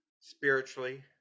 spiritually